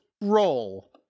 Roll